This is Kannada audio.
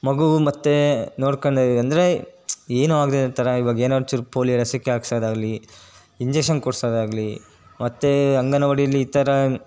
ಮಗು ಮತ್ತು ನೋಡ್ಕೊಂಡೆ ಅಂದರೆ ಏನು ಆಗದೇ ಇರೋ ಥರ ಇವಾಗ ಏನೋ ಒಂದ್ಚೂರು ಪೋಲೀಯೋ ಲಸಿಕೆ ಹಾಕ್ಸೋದಾಗ್ಲಿ ಇಂಜೆಕ್ಷನ್ ಕೊಡಿಸೋದಾಗ್ಲಿ ಮತ್ತು ಈ ಅಂಗನವಾಡಿಲಿ ಈ ಥರ